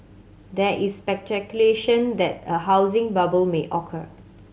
there is that a housing bubble may occur